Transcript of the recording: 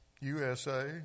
USA